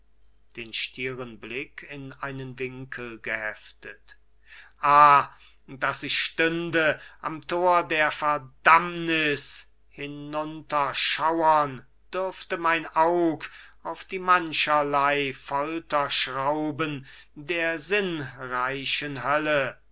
den stieren blick in einen winkel geheftet ah daß ich stünde am tor der verdammnis hinunterschauern dürfte mein aug auf die mancherlei folterschrauben der sinnreichen hölle